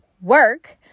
work